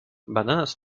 bananas